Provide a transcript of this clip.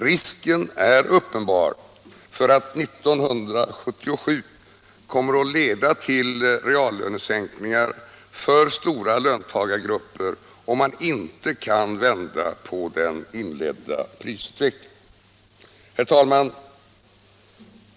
Risken är uppenbar för att 1977 kommer att leda till reallönesänkningar för stora löntagargrupper, om man inte kan vända på den inledda prisutvecklingen. Herr talman!